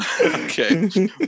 Okay